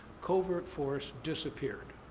covert force disappeared.